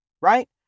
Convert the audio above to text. right